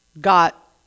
got